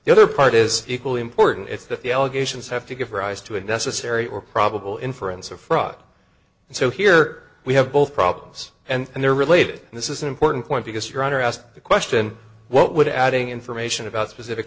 the other part is equally important if the allegations have to give rise to a necessary or probable inference of fraud so here we have both problems and they're related and this is an important point because your honor asked the question what would adding information about specific